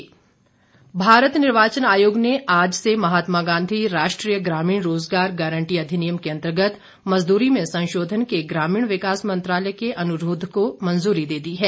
निर्वाचन आयोग मनरेगा भारत निर्वाचन आयोग ने आज से महात्मा गांधी राष्ट्रीय ग्रामीण रोजगार गारंटी अधिनियम के अंतर्गत मजदूरी में संशोधन के ग्रामीण विकास मंत्रालय के अनुरोध को मंजूरी दे दी है